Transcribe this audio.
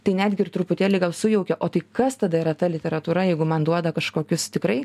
tai netgi ir truputėlį gal sujaukia o tai kas tada yra ta literatūra jeigu man duoda kažkokius tikrai